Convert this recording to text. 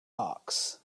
hawks